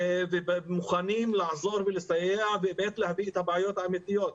אנחנו מוכנים לעזור ולהביא את הבעיות האמיתיות.